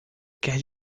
quer